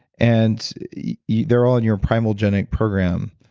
and yeah they're all in your primalgenic program,